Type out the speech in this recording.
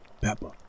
pepper